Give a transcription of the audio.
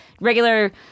regular